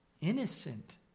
innocent